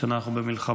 השנה אנחנו במלחמה,